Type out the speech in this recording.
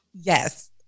yes